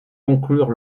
conclure